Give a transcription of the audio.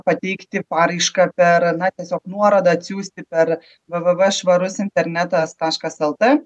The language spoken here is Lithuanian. pateikti paraišką per na tiesiog nuorodą atsiųsti per v v v švarus internetas taškas lt